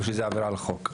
או שזו עבירה על החוק?